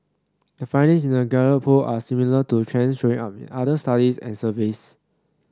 the findings in the Gallup poll are similar to trends showing up in other studies and surveys